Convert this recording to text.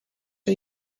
are